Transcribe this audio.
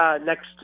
next